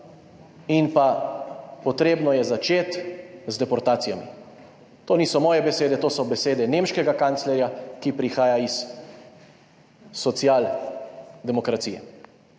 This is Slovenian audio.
in pa potrebno je začeti z deportacijami. To niso moje besede, to so besede nemškega kanclerja, ki prihaja iz social demokracije.